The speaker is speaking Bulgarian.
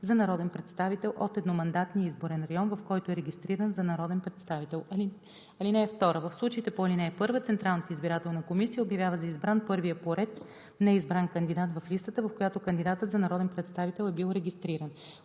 за народен представител от едномандатния изборен район, в който е регистриран за народен представител. (2) В случаите по ал. 1 Централната избирателна комисия обявява за избран първия по ред неизбран кандидат в листата, в която кандидатът за народен представител е бил регистриран.